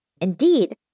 Indeed